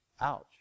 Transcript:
ouch